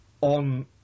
on